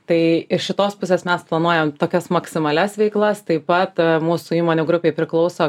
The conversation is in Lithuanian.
tai iš šitos pusės mes planuojam tokias maksimalias veiklas taip pat mūsų įmonių grupei priklauso